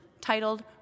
titled